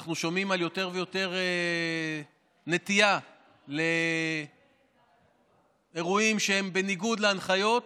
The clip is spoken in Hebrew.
אנחנו שומעים על יותר ויותר נטייה לאירועים שהם בניגוד להנחיות